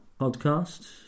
podcast